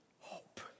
Hope